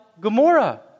Gomorrah